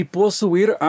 possuir